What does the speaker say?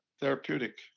therapeutic